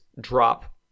drop